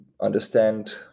understand